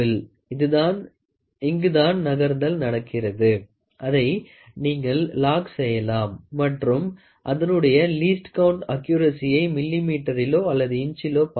இங்குதான் நகர்தல் நடக்கிறது அதை நீங்கள் லாக் செய்யலாம் மற்றும் அதனுடைய லீஸ்ட் கவுண்ட் அக்குரசியயை மில்லிமீட்டரிலோ அல்லது இஞ்சிளோ பார்க்கலாம்